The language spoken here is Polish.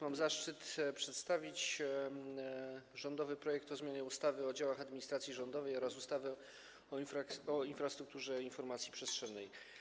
Mam zaszczyt przedstawić rządowy projekt ustawy o zmianie ustawy o działach administracji rządowej oraz ustawy o infrastrukturze informacji przestrzennej.